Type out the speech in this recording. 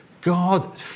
God